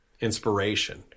inspiration